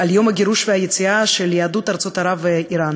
על יום הגירוש והיציאה של יהדות ארצות ערב ואיראן.